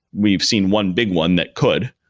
we've seen one big one that could,